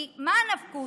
כי מה הנפקות?